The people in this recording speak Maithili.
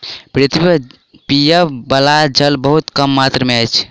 पृथ्वी पर पीबअ बला जल बहुत कम मात्रा में अछि